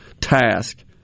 task